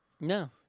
No